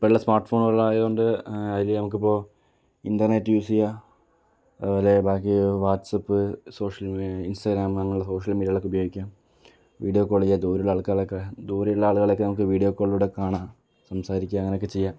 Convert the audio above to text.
ഇപ്പോഴുള്ള സ്മാർട്ട് ഫോണുകളായതുകൊണ്ട് അതിൽ നമുക്കിപ്പോൾ ഇൻ്റർനെറ്റ് യൂസ് ചെയ്യാം അതേപോലെ ബാക്കി വാട്ട്സ്ആപ്പ് സോഷ്യൽ ഇൻസ്റ്റാഗ്രാം അങ്ങനെയുള്ള സോഷ്യൽ മീഡിയകളൊക്കെ ഉപയോഗിക്കാം വീഡിയോ കോള് ചെയ്യാം ദൂരെയുള്ള ആൾക്കാരൊക്കെ ദൂരെയുള്ള ആളുകളെയൊക്കെ നമുക്ക് വീഡിയോ കോളിലൂടെ കാണാം സംസാരിക്കാം അങ്ങനെയൊക്കെ ചെയ്യാം